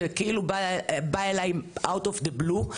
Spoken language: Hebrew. זה כאילו בא אליי out of the blue.